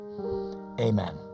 amen